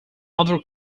other